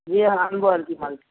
গিয়ে আনব আর কি মালটা